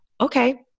okay